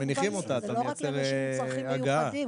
רק למישהו עם צרכים מיוחדים.